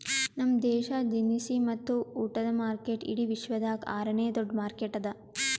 ನಮ್ ದೇಶ ದಿನಸಿ ಮತ್ತ ಉಟ್ಟದ ಮಾರ್ಕೆಟ್ ಇಡಿ ವಿಶ್ವದಾಗ್ ಆರ ನೇ ದೊಡ್ಡ ಮಾರ್ಕೆಟ್ ಅದಾ